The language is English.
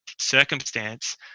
Circumstance